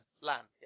Land